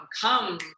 come